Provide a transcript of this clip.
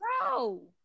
bro